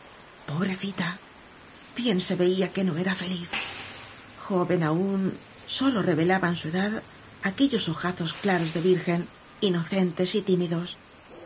bien se veía que no era feliz joven aún sólo revelaban su edad aquellos ojazos claros de virgen inocentones y tímidos